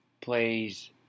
plays